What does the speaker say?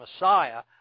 Messiah